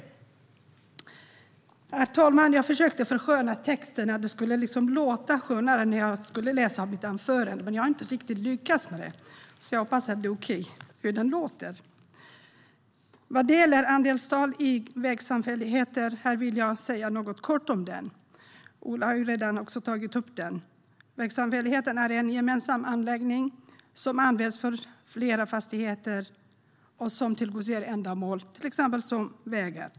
När jag skulle läsa mitt anförande, herr talman, försökte jag få texten att låta skönare. Jag lyckades inte riktigt, men jag hoppas att det lät okej. Vad gäller andelstal i vägsamfälligheter vill jag säga något kort om det. Ola har redan tagit upp det. Vägsamfällighet är en gemensam anläggning som används för flera fastigheter och som tillgodoser ändamål, till exempel vägar.